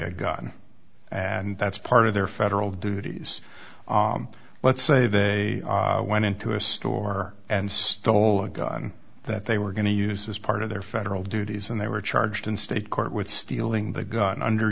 a gun and that's part of their federal duties let's say they went into a store and stole a gun that they were going to use as part of their federal duties and they were charged in state court with stealing the gun under